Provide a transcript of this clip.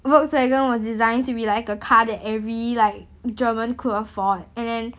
Volkswagen was designed to be like a car that every like german could afford and then